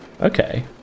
Okay